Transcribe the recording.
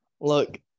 Look